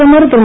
பிரதமர் திரு